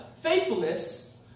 faithfulness